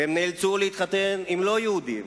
והם נאלצו להתחתן עם לא-יהודים,